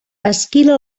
esquila